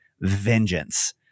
vengeance